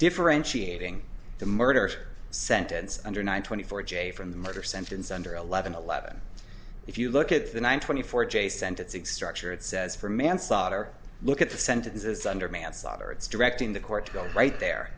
differentiating the murder sentence under nine twenty four j from the murder sentence under eleven eleven if you look at the nine twenty four j sentencing structure it says for manslaughter look at the sentences under manslaughter it's directing the court to go right there